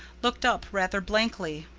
looked up rather blankly.